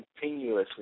continuously